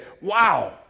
wow